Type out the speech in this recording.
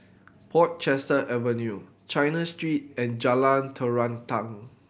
Portchester Avenue China Street and Jalan Terentang